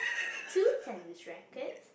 two tennis rackets